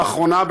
לאחרונה,